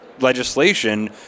legislation